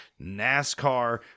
NASCAR